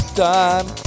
time